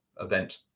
event